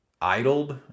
idled